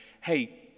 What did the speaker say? hey